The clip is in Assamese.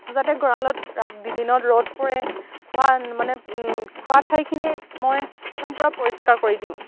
যাতে গঁৰালত দিনত ৰ'দ পৰে খোৱা মানে খোৱা ঠাইখিনি মই একদম পূৰা পৰিষ্কাৰ কৰি দিওঁ